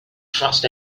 trust